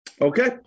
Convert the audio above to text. Okay